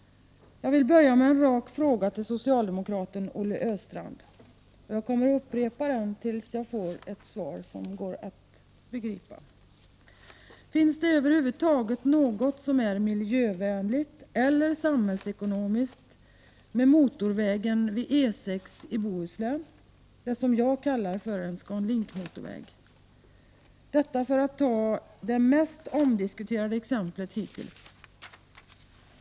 Jag vill börja med en rak fråga till socialdemokraten Olle Östrand. Jag kommer att upprepa den tills jag får ett svar som man kan begripa. Finns det över huvud taget något som är miljövänligt eller samhällsekonomiskt med motorvägen E 6 i Bohuslän — det som jag kallar en ScanLink-motorväg — för att ta det mest omdiskuterade exemplet hittills?